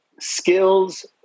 skills